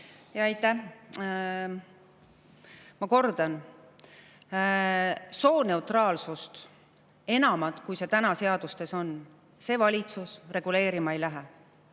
Aitäh! Ma kordan: sooneutraalsust, enamat, kui see praegu seadustes on, see valitsus reguleerima ei lähe.